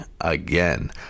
again